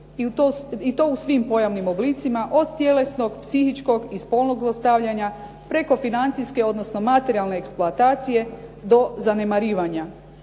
i to u svim pojavnim oblicima od tjelesnog, psihičkog i spolnog zlostavljanja preko financijske odnosno materijalne eksploatacije do zanemarivanja.